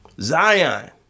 Zion